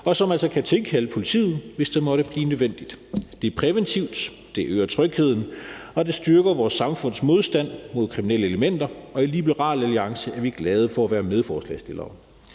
og som altså kan tilkalde politiet, hvis det måtte blive nødvendigt. Det er præventivt, det øger trygheden, og det styrker vores samfunds modstand mod kriminelle elementer, og i Liberal Alliance er vi glade for at være medforslagsstillere.